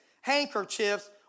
handkerchiefs